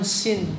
sin